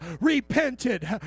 repented